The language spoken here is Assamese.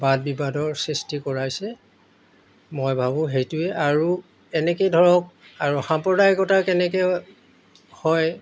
বাদ বিবাদৰ সৃষ্টি কৰাইছে মই ভাবোঁ সেইটোৱে আৰু এনেকৈ ধৰক আৰু সাম্প্ৰদায়িকতা কেনেকৈ হয়